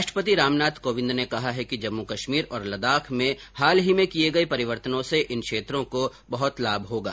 राष्ट्रपति राम नाथ कोविंद ने कहा है कि जम्मू कश्मीर और लद्दाख में हाल ही में किए गये परिवर्तनों से इन क्षेत्रों को बहुत लाभ होगा